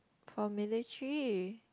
for military